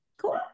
cool